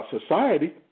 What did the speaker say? society